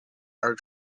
are